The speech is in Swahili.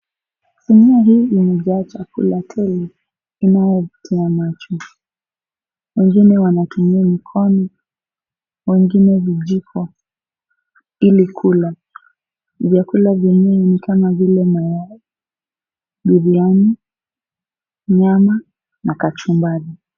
Sinia hii imejaa chakula tele, inayovutia macho. Wengine wanatumia mikono, wengine vijiko ili kula. Vyakula vyenyewe ni kama vile mayai, biriani, nyama na kachumbari.